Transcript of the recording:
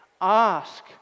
Ask